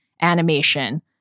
animation